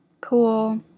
cool